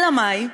אלא מאי?